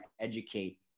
educate